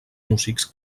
músics